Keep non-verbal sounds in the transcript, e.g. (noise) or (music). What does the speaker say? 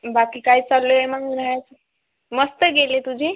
बाकी काय चालू हाय मग (unintelligible) मस्त गेली तुझी